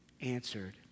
answered